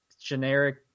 generic